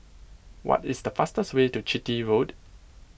what is the fastest way to Chitty Road